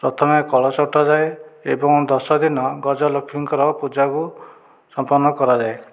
ପ୍ରଥମେ କଳସ ଉଠାଯାଏ ଏବଂ ଦଶଦିନ ଗଜଲକ୍ଷ୍ମୀଙ୍କର ପୂଜାକୁ ସମ୍ପନ୍ନ କରାଯାଏ